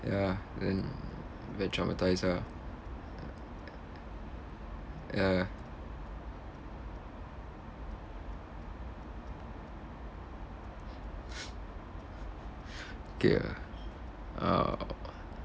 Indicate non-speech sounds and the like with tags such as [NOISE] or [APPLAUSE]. ya then very traumatised ah ya [LAUGHS] okay ah uh